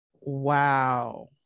Wow